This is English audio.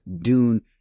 Dune